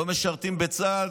לא משרתים בצה"ל.